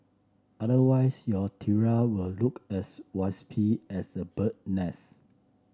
otherwise your tiara will look as wispy as a bird nest